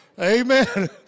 Amen